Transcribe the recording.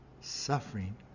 suffering